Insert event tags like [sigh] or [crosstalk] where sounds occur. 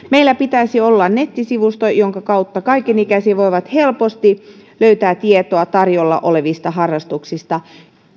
[unintelligible] meillä pitäisi olla nettisivusto jonka kautta kaiken ikäiset voivat helposti löytää tietoa tarjolla olevista harrastuksista